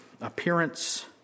Appearance